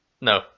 No